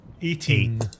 eighteen